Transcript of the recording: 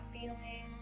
feeling